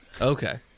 Okay